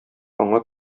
аңа